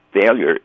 failure